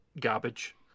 garbage